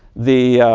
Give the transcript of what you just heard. the